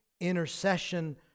intercession